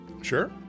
Sure